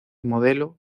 modelo